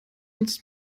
nutzt